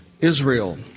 Israel